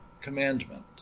commandment